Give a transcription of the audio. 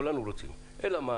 אלא מה?